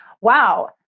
Wow